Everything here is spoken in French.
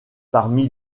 parmi